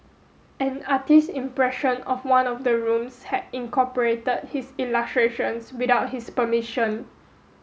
an artist impression of one of the rooms had incorporated his illustrations without his permission